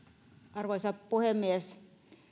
arvoisa puhemies